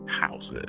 houses